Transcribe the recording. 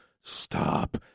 Stop